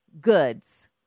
goods